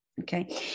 Okay